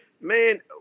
man